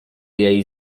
jej